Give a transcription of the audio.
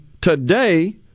today